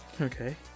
Okay